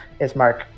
Ismark